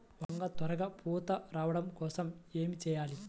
వంగ త్వరగా పూత రావడం కోసం ఏమి చెయ్యాలి?